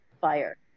fire